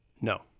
No